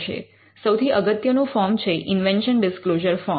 સૌથી અગત્યનું ફોર્મ છે ઇન્વેન્શન ડિસ્ક્લોઝર ફોર્મ